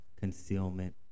Concealment